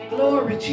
Glory